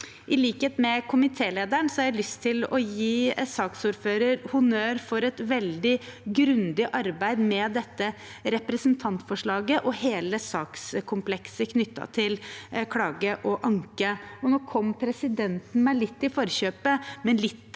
I likhet med komitélederen har jeg lyst til å gi saksordføreren honnør for et veldig grundig arbeid med dette representantforslaget og hele sakskomplekset knyttet til klage og anke. Nå kom presidenten meg litt i forkjøpet, men litt